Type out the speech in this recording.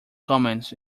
comments